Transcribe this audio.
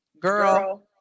girl